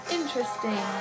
interesting